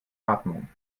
atmung